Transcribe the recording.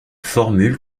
formule